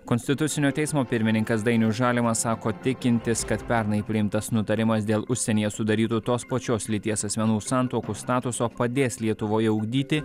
konstitucinio teismo pirmininkas dainius žalimas sako tikintis kad pernai priimtas nutarimas dėl užsienyje sudarytų tos pačios lyties asmenų santuokų statuso padės lietuvoje ugdyti